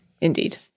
Indeed